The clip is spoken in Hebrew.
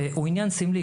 הוא עניין סמלי,